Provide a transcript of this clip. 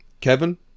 Kevin